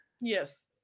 Yes